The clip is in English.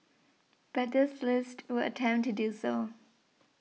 but this list would attempt to do so